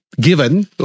given